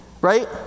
Right